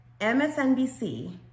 MSNBC